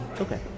Okay